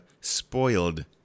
spoiled